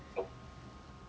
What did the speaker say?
now okay